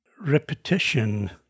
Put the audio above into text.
Repetition